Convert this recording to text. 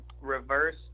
reverse